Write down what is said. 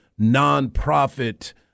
nonprofit